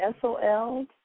SOL